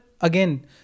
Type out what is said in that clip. again